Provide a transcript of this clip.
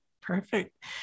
Perfect